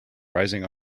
rising